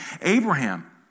Abraham